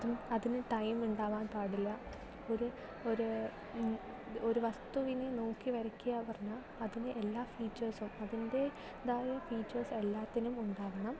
അതും അതിനു ടൈം ഉണ്ടാവാൻ പാടില്ല ഒരു ഒര് ഒരു വസ്തുവിനെ നോക്കി വരയ്ക്കുക പറഞ്ഞാൽ അതിനെ എല്ലാ ഫീച്ചേഴ്സും അതിൻ്റെതായ ഫീച്ചേഴ്സും എല്ലാത്തിനും ഉണ്ടാവണം